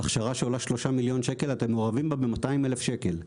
זו הכשרה שעולה 3 מיליון שקל ואתם מעורבים בה ב-200,000 שקל.